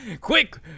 quick